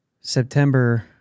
September